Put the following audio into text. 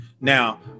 now